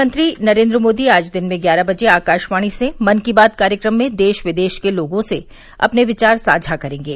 प्रधानमंत्री नरेन्द्र मोदी आज दिन में ग्यारह बजे आकाशवाणी से मन की बात कार्यक्रम में देश विदेश के लोगों से अपने विचार साझा करेंगे